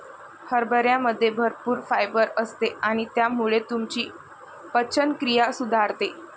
हरभऱ्यामध्ये भरपूर फायबर असते आणि त्यामुळे तुमची पचनक्रिया सुधारते